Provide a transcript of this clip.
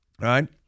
right